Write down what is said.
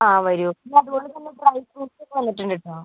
ആ വരൂ അതുപോലെ തന്നെ ഡ്രൈ ഫ്രൂട്ട്സ്സ് വന്നിട്ടുണ്ട് കേട്ടോ